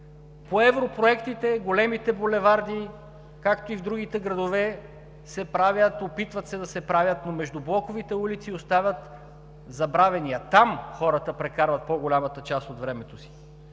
По европроектите големите булеварди, както и в другите градове, се опитват да се правят, но междублоковите улици остават забравени, а там хората прекарват по-голямата част от времето си.